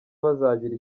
bazagira